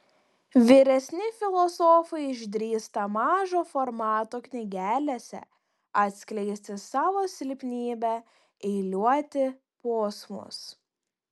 vyresni filosofai išdrįsta mažo formato knygelėse atskleisti savo silpnybę eiliuoti posmus